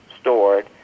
stored